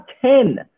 ten